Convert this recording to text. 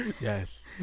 Yes